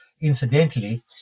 incidentally